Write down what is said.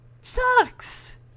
Sucks